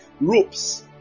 ropes